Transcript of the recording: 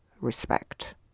respect